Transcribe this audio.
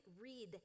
read